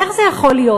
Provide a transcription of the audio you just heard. איך זה יכול להיות?